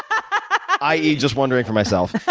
i e. just wondering for myself.